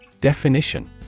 Definition